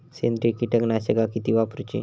सेंद्रिय कीटकनाशका किती वापरूची?